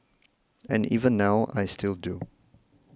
and even now I still do